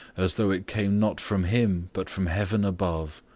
as though it came not from him but from heaven above.